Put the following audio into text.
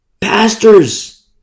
Pastors